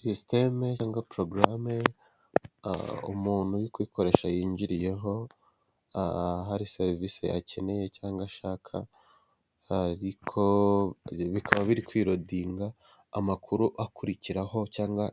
System cyangwa program umuntu uri kuyikoresha yinjiriyeho ahari serivisi akeneye cyangwa ashaka ariko bikaba biri kw’ lordinga amakuru akurikiraho cyangwa